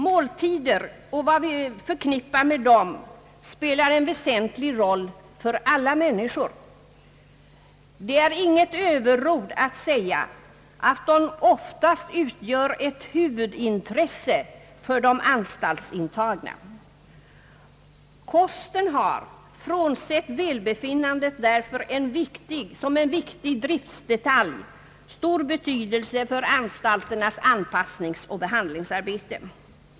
Måltider och vad som är förknippat med dem spelar en väsentlig roll för alla människor. Det är inget överord att säga att de oftast utgör ett huvudintresse för de anstaltsintagna. Kosten har — frånsett välbefinnandet — därför som en viktig driftsdetalj stor betydelse för anstalternas anpassningsoch behandlingsarbete.